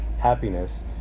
happiness